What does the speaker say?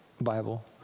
Bible